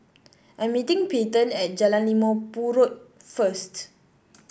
I'm meeting Peyton at Jalan Limau Purut first